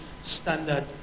Standard